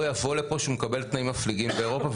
יבוא לפה כשהוא מקבל תנאים מפליגים באירופה,